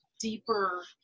deeper